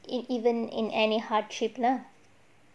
in even in any hardship lah